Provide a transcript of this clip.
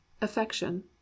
affection